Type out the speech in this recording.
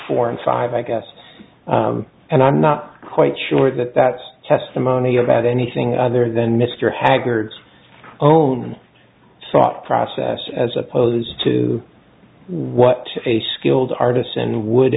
four and five i guess and i'm not quite sure that that's testimony about anything other than mr haggard's own sought process as opposed to what a skilled artisan would